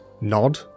nod